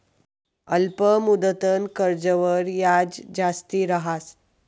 अल्प मुदतनं कर्जवर याज जास्ती रहास